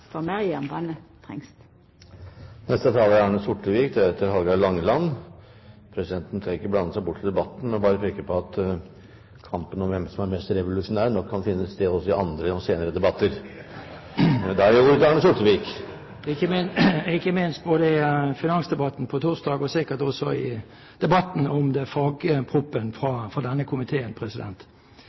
for meir jernbane trengst. Presidenten tør ikke blande seg bort i debatten, men vil bare peke på at kampen om hvem som er mest revolusjonær, nok kan finne sted i andre og senere debatter. Ikke minst gjelder det både finansdebatten på torsdag og sikkert også debatten om fagproposisjonen for denne komiteen. Til statsråden: Det